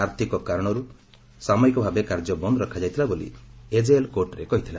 ଆର୍ଥିକ କାରଣକୁ ନେଇ ସାମୟିକ ଭାବେ କାର୍ଯ୍ୟ ବନ୍ଦ ରଖାଯାଇଥିଲା ବୋଲି ଏଜେଏଲ୍ କୋର୍ଟରେ କହିଥିଲା